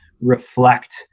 reflect